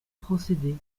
procédé